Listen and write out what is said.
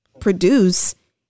produce